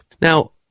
Now